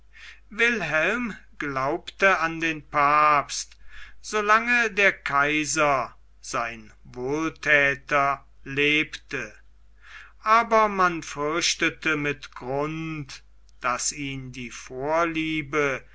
wilhelm glaubte an den papst so lange der kaiser sein wohlthäter lebte aber man fürchtete mit grund daß ihn die vorliebe